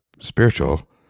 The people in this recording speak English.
spiritual